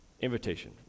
invitation